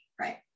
right